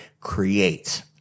create